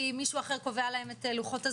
מישהו אחר קובע להם את לוחות הזמנים,